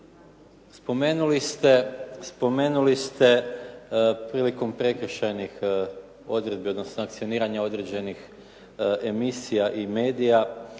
spomenuli ste prilikom prekršajnih odredbi, odnosno sankcioniranja određenih emisija i medija